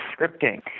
scripting